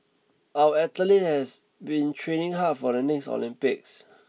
our athlete has been training hard for the next Olympics